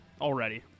already